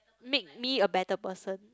make me a better person